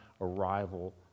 arrival